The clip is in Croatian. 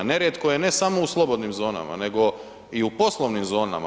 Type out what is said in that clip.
Nerijetko je ne samo u slobodnim zonama nego i u poslovnim zonama.